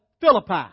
Philippi